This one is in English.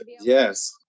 yes